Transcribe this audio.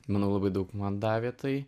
manau labai daug man davė tai